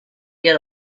get